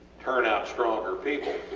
turn out stronger people